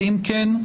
ואם כן,